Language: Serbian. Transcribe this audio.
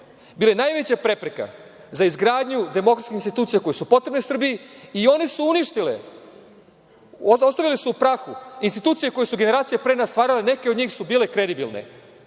bile najveća prepreka za izgradnju demokratskih institucija koje su potrebne Srbiji i one su uništene, ostale su u prahu, institucije koje su generacije pre nas stvarale, neke od njih su bile kredibilne.